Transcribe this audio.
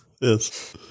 Yes